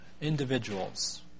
individuals